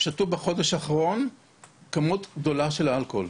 שתו בחודש האחרון כמות גדולה של אלכוהול.